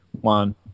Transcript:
one